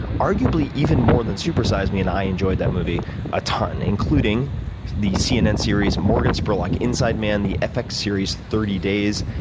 arguably, even more than super size me. and i enjoyed that movie a ton, including the cnn series morgan spurlock, inside man, the fx series thirty days,